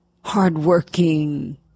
hardworking